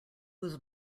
was